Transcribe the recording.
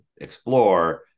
explore